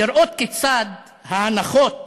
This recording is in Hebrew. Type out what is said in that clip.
לראות כיצד ההנחות